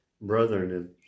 brethren